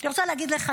אני רוצה להגיד לך,